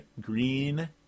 Green